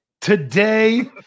Today